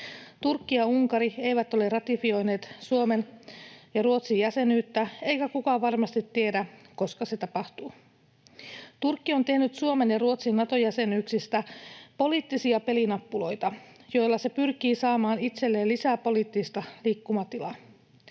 Turkki ja Unkari eivät ole ratifioineet Suomen ja Ruotsin jäsenyyttä, eikä kukaan varmasti tiedä, koska se tapahtuu. Turkki on tehnyt Suomen ja Ruotsin Nato-jäsenyyksistä poliittisia pelinappuloita, joilla se pyrkii saamaan itselleen lisää poliittista liikkumatilaa.